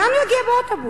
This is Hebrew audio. לאן הוא יגיע באוטובוס?